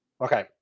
Okay